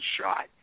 shot